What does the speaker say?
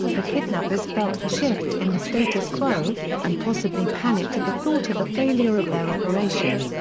the kidnappers felt the shift in the status quo, and possibly panicked at the thought of the failure of their operation.